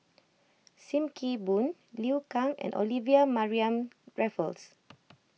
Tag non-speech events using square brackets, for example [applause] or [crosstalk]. Sim Kee Boon Liu Kang and Olivia Mariamne Raffles [noise]